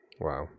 Wow